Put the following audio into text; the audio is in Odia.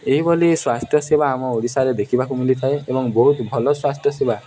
ଏହିଭଳି ସ୍ୱାସ୍ଥ୍ୟ ସେବା ଆମ ଓଡ଼ିଶାରେ ଦେଖିବାକୁ ମିିଳିଥାଏ ଏବଂ ବହୁତ ଭଲ ସ୍ୱାସ୍ଥ୍ୟ ସେବା